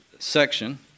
Section